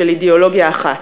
של אידיאולוגיה אחת,